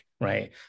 right